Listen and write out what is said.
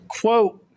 Quote